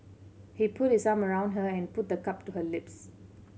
he put his arm around her and put the cup to her lips